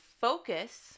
focus